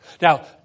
Now